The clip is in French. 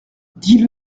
dis